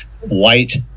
white